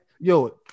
yo